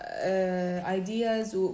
ideas